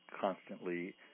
constantly